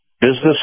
business